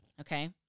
Okay